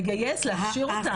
לגייס ולהכשיר אותם.